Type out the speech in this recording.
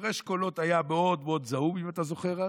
הפרש הקולות היה מאוד מאוד זעום אז, אם אתה זוכר.